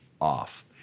off